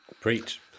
Preach